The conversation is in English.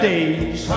days